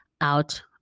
out